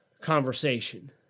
conversation